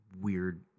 weird